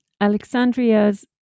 Alexandria's